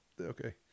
okay